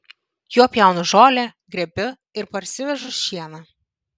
juo pjaunu žolę grėbiu ir parsivežu šieną